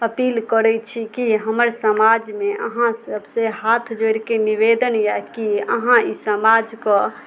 appeal करै छी कि हमर समाजमे अहाँ सभसे हाथ जोड़िके निवेदन यऽ कि अहाँ ई समाजके